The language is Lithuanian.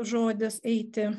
žodis eiti